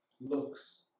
looks